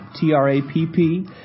T-R-A-P-P